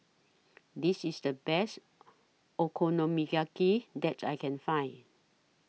This IS The Best Okonomiyaki that I Can Find